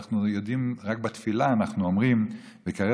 אנחנו יודעים שרק בתפילה אנחנו אומרים: "וקרב